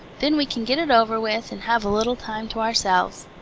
then we can get it over with and have a little time to ourselves.